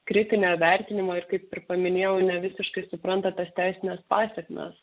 kritinio vertinimo ir kaip ir paminėjau ne visiškai supranta tas teisines pasekmes